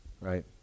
right